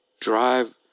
drive